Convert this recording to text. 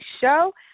Show